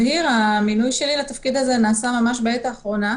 המינוי שלי לתפקיד הזה נעשה ממש בעת האחרונה,